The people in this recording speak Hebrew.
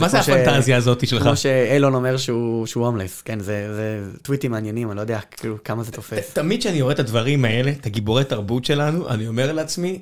מה זה הפנטזיה הזאתי שלך כמו שאלון אומר שהוא הומלס כן זה טוויטים מעניינים אני לא יודע כמה זה תופס תמיד שאני רואה את הדברים האלה את הגיבורי התרבות שלנו אני אומר לעצמי.